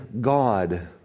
God